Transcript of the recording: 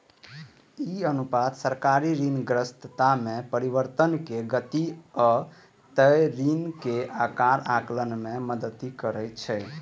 ई अनुपात सरकारी ऋणग्रस्तता मे परिवर्तनक गति आ देय ऋणक आकार आकलन मे मदति करै छै